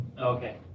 Okay